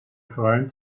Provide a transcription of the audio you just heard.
freund